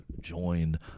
join